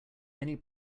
many